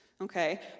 okay